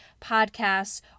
podcasts